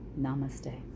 Namaste